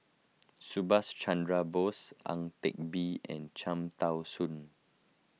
Subhas Chandra Bose Ang Teck Bee and Cham Tao Soon